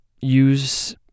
use